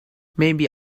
maybe